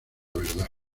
verdad